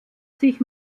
sich